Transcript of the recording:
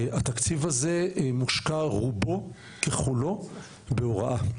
ורובו ככולו מושקע בהוראה,